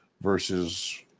versus